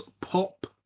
pop